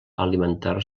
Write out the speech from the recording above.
alimentar